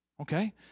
Okay